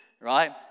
right